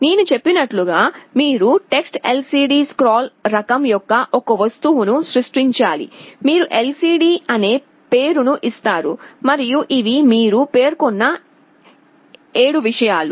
నేను చెప్పినట్లుగా మీరు TextLCDScroll రకం యొక్క ఒక వస్తువును సృష్టించాలి మీరు lcd అనే పేరును ఇస్తారు మరియు ఇవి మీరు పేర్కొన్న 7 విషయాలు